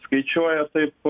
skaičiuoja taip